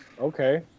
Okay